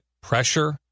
pressure